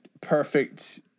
perfect